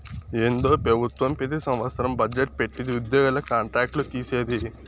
ఏందో పెబుత్వం పెతి సంవత్సరం బజ్జెట్ పెట్టిది ఉద్యోగుల కాంట్రాక్ట్ లు తీసేది